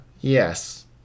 Yes